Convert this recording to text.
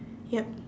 yup